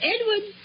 Edward